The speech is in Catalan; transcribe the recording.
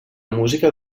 música